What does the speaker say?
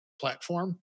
platform